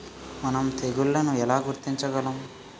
మనం తెగుళ్లను ఎలా గుర్తించగలం?